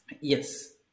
Yes